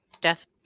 death